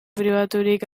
pribaturik